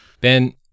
Ben